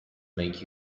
make